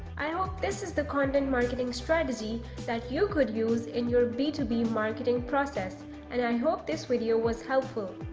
i hope this is the content marketing strategy that you could use in your b two b marketing process and i hope this video was helpful.